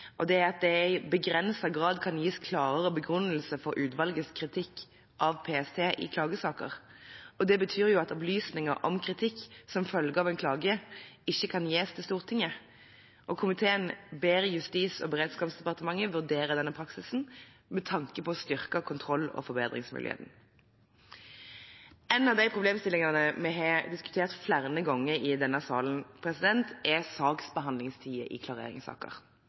at det i begrenset grad kan gi klagere begrunnelse for utvalgets kritikk av PST i klagesaker. Det betyr at opplysninger om kritikk som følge av en klage ikke kan gis Stortinget. Komiteen ber Justis- og beredskapsdepartementet vurdere denne praksisen, med tanke på å styrke kontroll- og forbedringsmuligheten. En av de problemstillingene vi har diskutert flere ganger i denne sal, er saksbehandlingstiden i klareringssaker.